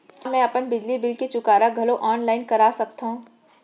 का मैं अपन बिजली बिल के चुकारा घलो ऑनलाइन करा सकथव?